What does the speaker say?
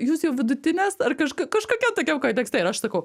jūs jau vidutinės ar kažka kažkokia tokiam kontekste ir aš sakau